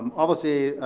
um obviously,